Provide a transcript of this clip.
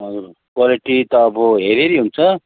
quality त अब हेरिहेरि हुन्छ